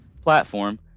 platform